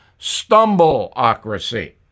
stumbleocracy